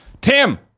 Tim